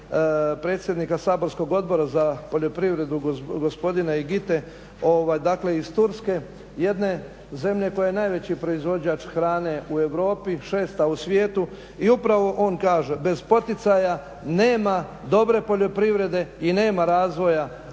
predsjednika saborskog odbora za poljoprivredu gospodina … dakle iz Turske, jedne zemlje koja je najveći proizvođač hrane u Europi, šesta u svijetu i upravo on kaže bez poticaja nema dobre poljoprivrede i nema razvoja